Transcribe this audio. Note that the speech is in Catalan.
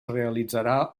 realitzarà